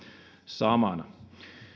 samana